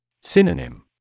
Synonym